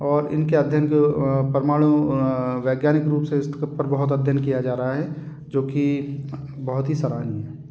और इनके अध्ययन को परमाणु वैज्ञानिक रूप से इस सब पर बहुत अध्ययन किया जा रहा है जो कि बहुत ही सराहनीय है